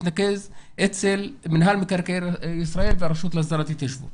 מתנקז אצל מנהל מקרקעי ישראל והרשות להסדרת התיישבות.